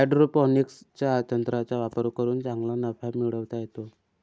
हायड्रोपोनिक्सच्या तंत्राचा वापर करून चांगला नफा मिळवता येतो